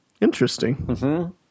Interesting